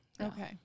Okay